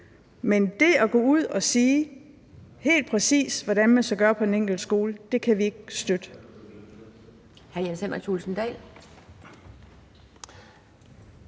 Men det at gå ud og sige, helt præcis hvordan de skal gøre det på den enkelte skole, kan vi ikke støtte.